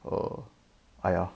err !aiya!